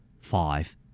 Five